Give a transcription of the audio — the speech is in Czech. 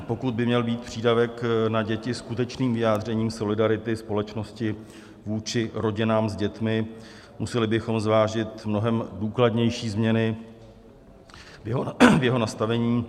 Pokud by měl být přídavek na děti skutečným vyjádřením solidarity společnosti vůči rodinám s dětmi, museli bychom zvážit mnohem důkladnější změny v jeho nastavení.